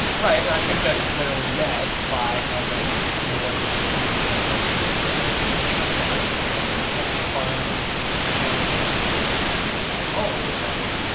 right? i think that's clearly met by having more than eighty three percent of our students who are eligible take a test and as defined in the accountability plan and in the head goals having